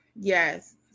Yes